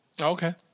Okay